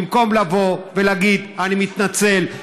במקום לבוא ולהגיד: אני מתנצל,